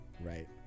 right